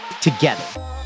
together